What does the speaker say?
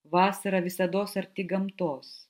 vasara visados arti gamtos